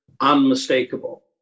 unmistakable